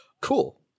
Cool